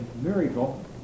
miracle